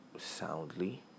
soundly